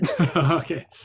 Okay